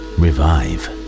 revive